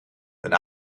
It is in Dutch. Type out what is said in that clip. een